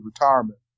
retirement